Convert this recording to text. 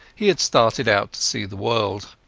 he had started out to see the world.